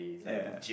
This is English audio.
ya